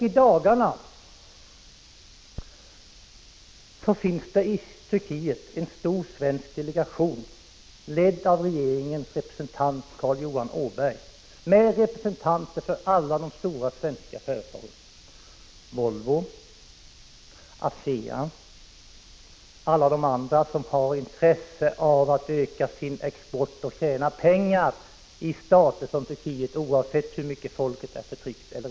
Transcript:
I dagarna finns i Turkiet en stor svensk delegation, ledd av regeringens representant Carl Johan Åberg, med företrädare för alla de stora svenska företagen — Volvo, Asea och alla de andra som har intresse av att öka sin export och tjäna pengar i stater som Turkiet, oavsett hur mycket folket än är förtryckt.